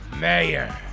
Mayor